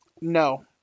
no